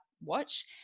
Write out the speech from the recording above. watch